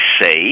say